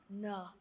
No